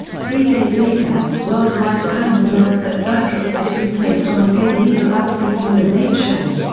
three days later, worldwide pants announced that birkitt had been placed on a paid leave of absence from the late show.